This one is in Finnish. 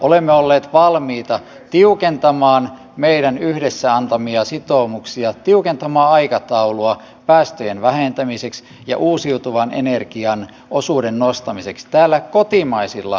olemme olleet valmiita tiukentamaan meidän yhdessä antamiamme sitoumuksia tiukentamaan aikataulua päästöjen vähentämiseksi ja uusiutuvan energian osuuden nostamiseksi kotimaisilla toimilla